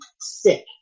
sick